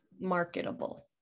marketable